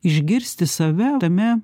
išgirsti save tame